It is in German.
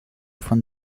von